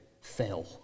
fail